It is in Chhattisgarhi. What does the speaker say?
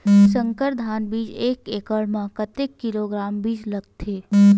संकर धान बीज एक एकड़ म कतेक किलोग्राम बीज लगथे?